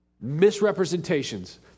misrepresentations